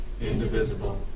indivisible